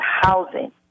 housing